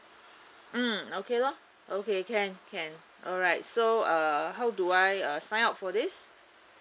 mm okay lor okay can can alright so uh how do I uh sign up for this